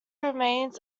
remains